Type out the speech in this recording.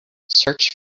search